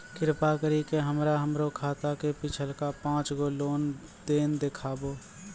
कृपा करि के हमरा हमरो खाता के पिछलका पांच गो लेन देन देखाबो